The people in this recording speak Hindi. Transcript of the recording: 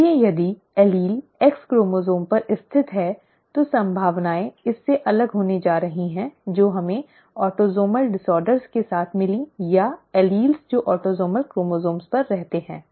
इसलिए यदि एलील एक्स क्रोमोसोम पर स्थित है तो संभावनाएं इससे अलग होने जा रही हैं जो हमें ऑटोसोमल विकारों के साथ मिलीं या एलील जो ऑटोसोमल क्रोमोसोम पर रहते हैं